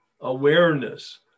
awareness